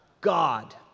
God